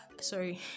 Sorry